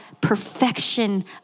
perfection